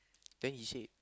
then he say